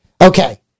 Okay